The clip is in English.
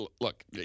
look